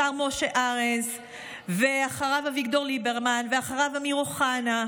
השר משה ארנס ואחריו אביגדור ליברמן ואחריו אמיר אוחנה.